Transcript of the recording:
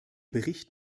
bericht